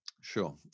Sure